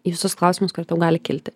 į visus klausimus kartu gali kilti